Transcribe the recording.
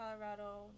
colorado